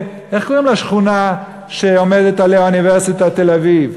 איך קוראים לשכונה שעומדת עליה אוניברסיטת תל-אביב?